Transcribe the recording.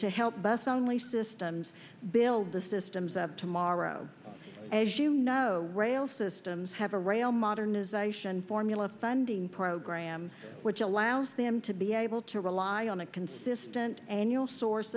to help bust only systems build the systems of tomorrow as you know rail systems have a rail modernization formula funding program which allows them to be able to rely on a consistent annual source